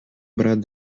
bras